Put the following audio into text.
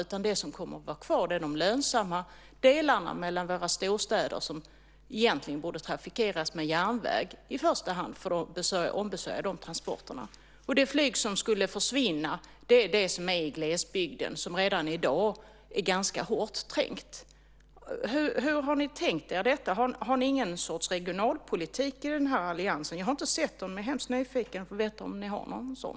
Det jag tror kommer att vara kvar är de lönsamma delarna mellan våra storstäder, där transporterna egentligen borde ombesörjas med järnväg i första hand. Det flyg som skulle försvinna är det i glesbygden, som redan i dag är ganska hårt trängt. Hur har ni tänkt er detta? Har ni inte någon sorts regionalpolitik i alliansen? Jag har inte sett någon sådan men är hemskt nyfiken på att få veta om ni har någon.